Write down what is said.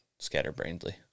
scatterbrainedly